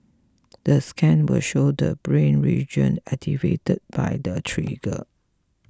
the scan will show the brain region activated by the trigger